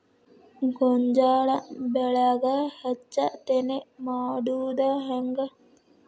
ಗೋಂಜಾಳ ಬೆಳ್ಯಾಗ ಹೆಚ್ಚತೆನೆ ಮಾಡುದ ಹೆಂಗ್?